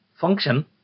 function